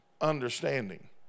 understanding